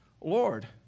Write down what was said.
Lord